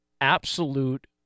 Absolute